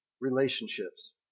relationships